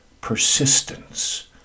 persistence